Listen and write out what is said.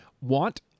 Want